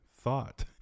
thought